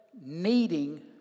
needing